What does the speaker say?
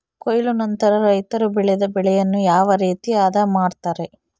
ಕೊಯ್ಲು ನಂತರ ರೈತರು ಬೆಳೆದ ಬೆಳೆಯನ್ನು ಯಾವ ರೇತಿ ಆದ ಮಾಡ್ತಾರೆ?